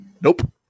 nope